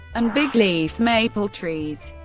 and big leaf maple trees.